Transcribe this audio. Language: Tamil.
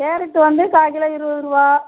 கேரட்டு வந்து கால்கிலோ இருபதுருவா